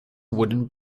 wooden